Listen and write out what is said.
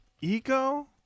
ego